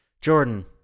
Jordan